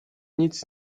nic